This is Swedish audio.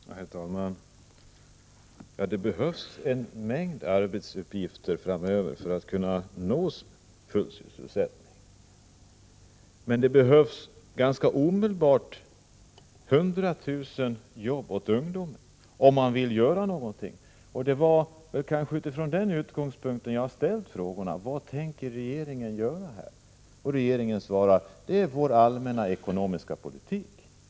Herr talman! Det behövs en mängd arbetsuppgifter framöver för att vi skall kunna nå full sysselsättning. Men det behövs ganska omedelbart 100 000 jobb åt ungdomar, om man vill göra någonting. Det var utifrån den utgångspunkten jag ställde frågan: Vad tänker regeringen göra? Regeringen svarar: Det är vår allmänna ekonomiska politik.